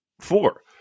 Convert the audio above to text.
four